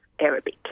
Arabic